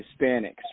Hispanics